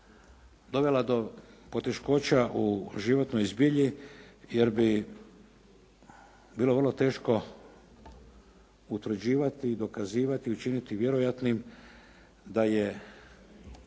dovela do poteškoća u životnoj zbilji jer bi bilo vrlo teško utvrđivati i dokazivati i učiniti vjerojatnim da je,